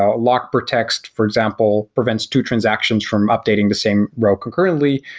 ah lock protects, for example, prevents two transactions from updating the same row concurrently.